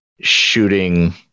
shooting